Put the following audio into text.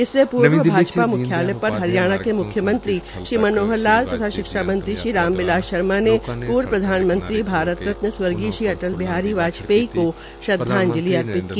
इसे पहले पूर्व भाजपा मुख्यायल पर हरियणा श्री मनोहर लाल तथा शिक्षा मंत्री श्री राम बिलास शर्मा ने पूर्व प्रधानमंत्री भारत रतन स्वर्गीय श्री अटल बिहारी वाजपेयी को श्रदवाजंलि अर्पित की